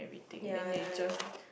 ya ya ya